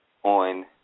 on